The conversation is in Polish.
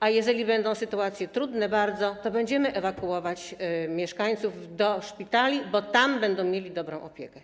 A jeżeli będą bardzo trudne sytuacje, to będziemy ewakuować mieszkańców do szpitali, bo tam będą mieli dobrą opiekę.